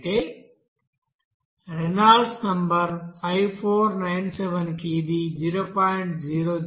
అయితే Reynolds number 5497 కి ఇది 0